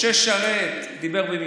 משה שרת דיבר במבטא.